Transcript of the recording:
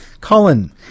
Colin